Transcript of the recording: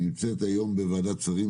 היא נמצאת היום בוועדת השרים.